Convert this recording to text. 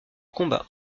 combat